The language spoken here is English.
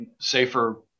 safer